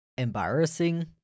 embarrassing